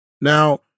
Now